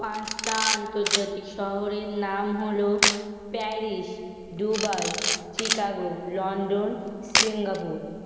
পাঁচটা আন্তর্জাতিক শহরের নাম হল Paris Dubai Chicago London Singapore